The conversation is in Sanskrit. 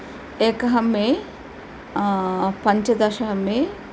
एकः मे पञ्चदश मे